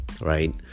right